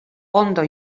ondo